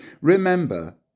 remember